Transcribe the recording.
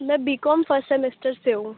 میں B com first semester سے ہوں